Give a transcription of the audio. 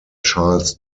charles